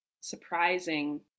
surprising